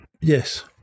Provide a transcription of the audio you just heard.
yes